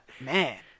man